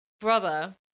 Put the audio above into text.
brother